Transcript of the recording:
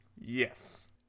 Yes